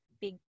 big